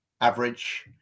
average